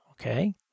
Okay